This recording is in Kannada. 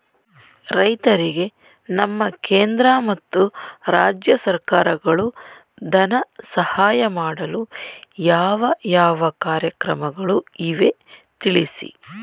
ರೈತರಿಗೆ ನಮ್ಮ ಕೇಂದ್ರ ಮತ್ತು ರಾಜ್ಯ ಸರ್ಕಾರಗಳು ಧನ ಸಹಾಯ ಮಾಡಲು ಯಾವ ಯಾವ ಕಾರ್ಯಕ್ರಮಗಳು ಇವೆ ತಿಳಿಸಿ?